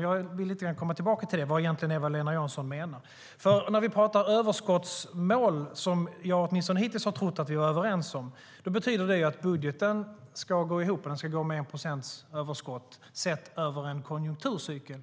Jag ska komma tillbaka till vad Eva-Lena Jansson egentligen menar. Jag har åtminstone hittills trott att vi var överens om att överskottsmål betyder att budgeten ska gå ihop och gå med 1 procents överskott sett över en konjunkturcykel.